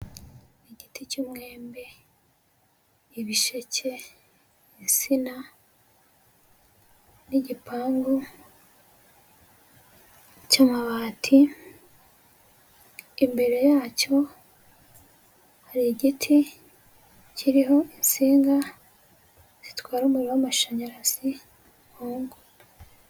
Igiti cy'umwembe, ibisheke, insina, n'igipangu cy'amabati, imbere yacyo hari igiti kiriho insinga zitwara umuriro w'amashanyarazi mu ngo.